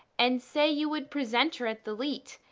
and say you would present her at the leet,